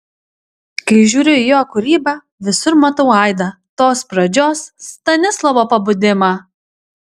kai žiūriu į jo kūrybą visur matau aidą tos pradžios stanislovo pabudimą